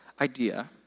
idea